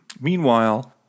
Meanwhile